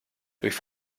durch